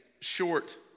short